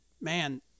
man